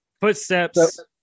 footsteps